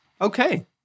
Okay